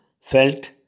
felt